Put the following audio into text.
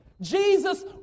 Jesus